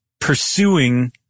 pursuing